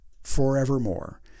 forevermore